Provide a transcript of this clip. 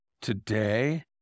today